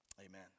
Amen